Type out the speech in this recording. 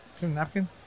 napkin